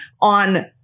on